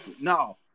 No